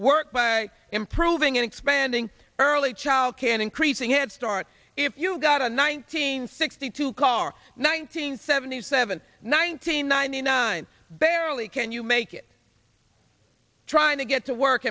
work by improving and expanding early child care and increasing head start if you've got a nineteen sixty two car nineteen seventy seven nineteen ninety nine barely can you make it trying to get to work